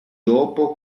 dopo